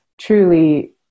truly